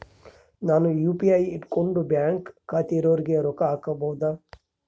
ನಾನು ಯು.ಪಿ.ಐ ಇಟ್ಕೊಂಡು ಬ್ಯಾಂಕ್ ಖಾತೆ ಇರೊರಿಗೆ ರೊಕ್ಕ ಹಾಕಬಹುದಾ?